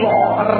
Lord